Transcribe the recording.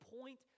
point